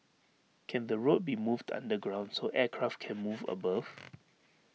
can the road be moved underground so aircraft can move above